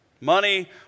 Money